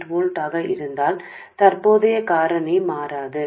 8 వోల్ట్లుగా ఉంటే మరియు ప్రస్తుత కారకం అన్నింటికీ మారదు